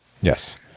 Yes